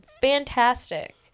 fantastic